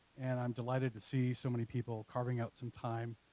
and i'm delighted to see so many people carving out some time